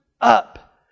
up